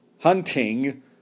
hunting